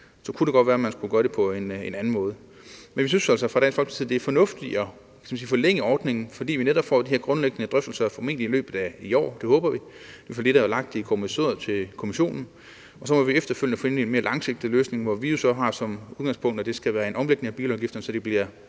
Så kunne det godt være, at man skulle gøre det på en anden måde. Men vi synes altså fra Dansk Folkepartis side, det er fornuftigere at forlænge ordningen, fordi vi netop får de her grundlæggende drøftelser – formentlig i løbet af i år, det håber vi, det er i hvert fald det, der ligger i kommissoriet til kommissionen – og så må vi efterfølgende finde en mere langsigtet løsning, hvor vi jo så har som udgangspunkt, at det skal være en omlægning af bilafgifterne, så de bliver